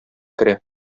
керә